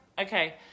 Okay